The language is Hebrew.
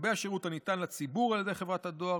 לגבי השירות הניתן לציבור על ידי חברת הדואר,